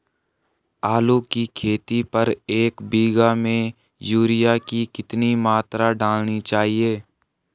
आलू की खेती पर एक बीघा में यूरिया की कितनी मात्रा डालनी चाहिए?